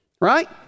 right